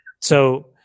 So-